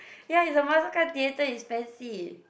ya it's a Mastercard-Theater it's expensive